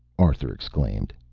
arthur exclaimed.